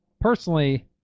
personally